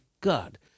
God